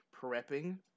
prepping